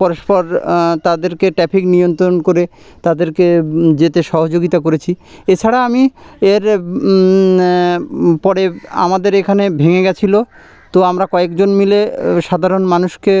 পরস্পর তাদেরকে ট্র্যাফিক নিয়ন্ত্রণ করে তাদেরকে যেতে সহযোগিতা করেছি এ ছাড়া আমি এর পরে আমাদের এখানে ভেঙে গিয়েছিল তো আমরা কয়েকজন মিলে সাধারণ মানুষকে